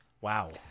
Wow